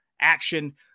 action